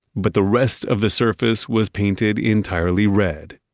but the rest of the surface was painted entirely red,